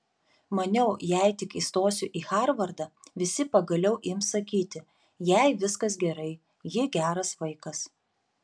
maniau jeigu tik įstosiu į harvardą visi pagaliau ims sakyti jai viskas gerai ji geras vaikas